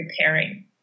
repairing